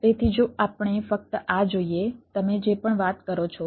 તેથી જો આપણે ફક્ત આ જોઈએ તમે જે પણ વાત કરો છો